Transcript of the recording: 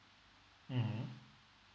mmhmm